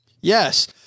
Yes